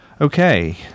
Okay